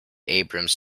abrams